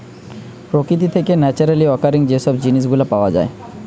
প্রকৃতি থেকে naturally occurring যে সব জিনিস গুলা পাওয়া যায়